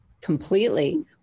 Completely